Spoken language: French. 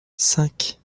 cinq